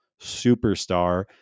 superstar